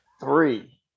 three